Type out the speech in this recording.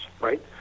right